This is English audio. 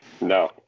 No